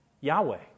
Yahweh